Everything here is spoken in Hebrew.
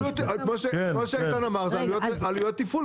כמו שאיתן אמר, זה עלויות תפעול.